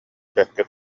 бэркэ